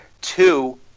Two